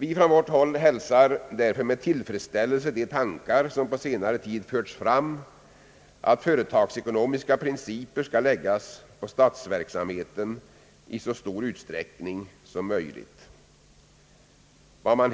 Vi hälsar med tillfredsställelse de tankar som på senare tid har förts fram, nämligen att företagsekonomiska principer i så stor utsträckning som möjligt skall läggas på statsverksamheten. Vad man